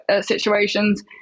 situations